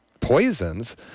poisons